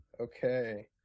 Okay